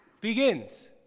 begins